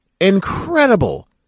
incredible